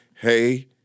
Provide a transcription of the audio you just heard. hey